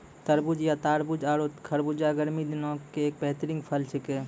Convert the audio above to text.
तरबूज या तारबूज आरो खरबूजा गर्मी दिनों के एक बेहतरीन फल छेकै